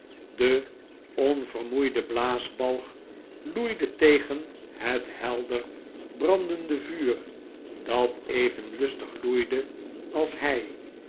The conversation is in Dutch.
de onvermoeide blaasbalg loeide tegen het helder brandende vuur dat even lustig loeide als hij